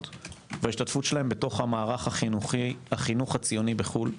וההשתתפות שלהן במערך החינוך הציוני בחו"ל.